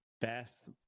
best